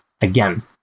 again